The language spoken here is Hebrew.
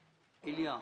איליה,